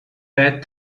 that